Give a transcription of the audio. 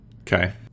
Okay